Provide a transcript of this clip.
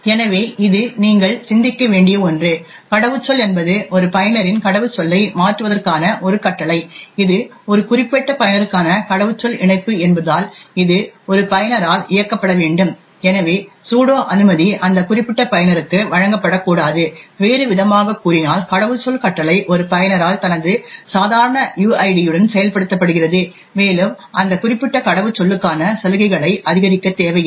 எனவே இது நீங்கள் சிந்திக்க வேண்டிய ஒன்று கடவுச்சொல் என்பது ஒரு பயனரின் கடவுச்சொல்லை மாற்றுவதற்கான ஒரு கட்டளை இது ஒரு குறிப்பிட்ட பயனருக்கான கடவுச்சொல் இணைப்பு என்பதால் இது ஒரு பயனரால் இயக்கப்பட வேண்டும் எனவே சூடோ அனுமதி அந்த குறிப்பிட்ட பயனருக்கு வழங்கப்படக்கூடாது வேறுவிதமாகக் கூறினால் கடவுச்சொல் கட்டளை ஒரு பயனரால் தனது சாதாரண யுஐடியுடன் செயல்படுத்தப்படுகிறது மேலும் அந்த குறிப்பிட்ட கடவுச்சொல்லுக்கான சலுகைகளை அதிகரிக்க தேவையில்லை